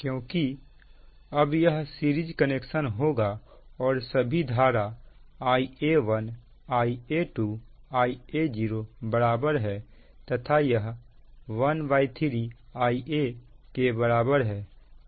क्योंकि अब यह सीरीज कनेक्शन होगा और सभी धारा Ia1 Ia2 Ia0 बराबर है तथा यह 13 Ia के बराबर है